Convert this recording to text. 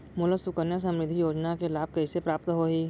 मोला सुकन्या समृद्धि योजना के लाभ कइसे प्राप्त होही?